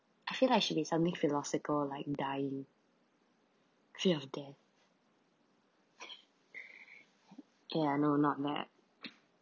I feel like should be something philosophical like dying tree of death ya I know not that